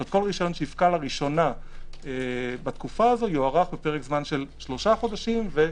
כל רשיון שיפקע לראשונה בתקופה הזו יוארך לפרק זמן של שלושה חודשים.